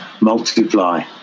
multiply